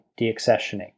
deaccessioning